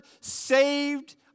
saved